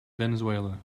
venezuela